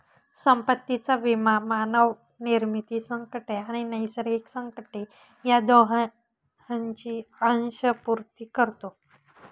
संपत्तीचा विमा मानवनिर्मित संकटे आणि नैसर्गिक संकटे या दोहोंची अंशपूर्ती करतो